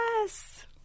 Yes